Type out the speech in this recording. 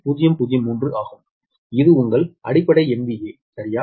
003 ஆகும் இது உங்கள் அடிப்படை MVA சரியா